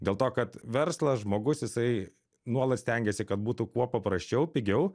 dėl to kad verslas žmogus jisai nuolat stengiasi kad būtų kuo paprasčiau pigiau